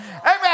Amen